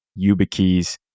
YubiKeys